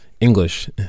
English